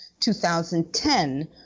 2010